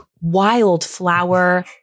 wildflower